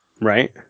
Right